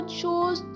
shows